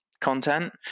content